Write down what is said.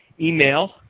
email